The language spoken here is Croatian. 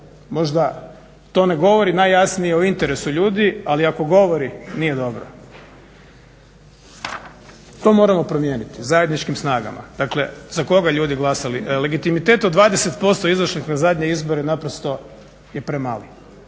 možda to ne govori najjasnije o interesu ljudi ali ako govori nije dobro. To moramo promijeniti zajedničkim snagama. Dakle, za koga ljudi glasali? Legitimitet od 20% izašlih na zadnje izbore naprosto je premalo.